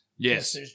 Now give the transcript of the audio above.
Yes